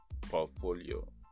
portfolio